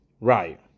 right